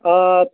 آ